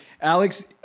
Alex